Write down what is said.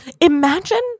Imagine